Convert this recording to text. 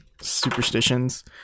superstitions